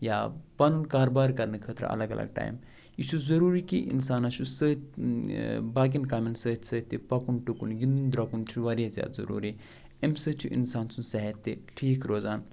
یا پَنُن کارٕبار کرنہٕ خٲطرٕ الگ ٹایَم یہِ چھُ ضُروٗری کہ اِنسانَس چھِ سۭتۍ باقِیَن کامیٚن سۭتۍ سۭتۍ تہِ پَکُن ٹُکُن گِنٛدُن دروٚکُن چھُ واریاہ ضُروٗری أمۍ سۭتۍ چھِ اِنسان سُنٛد صحت تہِ ٹھیٖک روزان